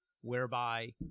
whereby